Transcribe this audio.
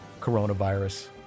coronavirus